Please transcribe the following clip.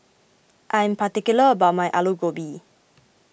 I am particular about my Aloo Gobi